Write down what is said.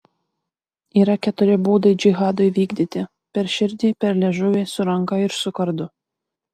yra keturi būdai džihadui vykdyti per širdį per liežuvį su ranka ir su kardu